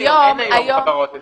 אין היום חברות אזוריות.